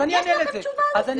יש לכם תשובה לזה?